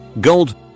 gold